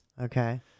Okay